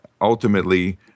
ultimately